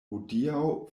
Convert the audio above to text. hodiaŭ